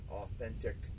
authentic